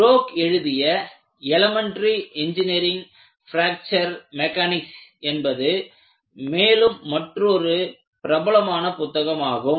Broek எழுதிய "elementary engineering fracture mechanics" என்பது மேலும் மற்றொரு பிரபலமான புத்தகம் ஆகும்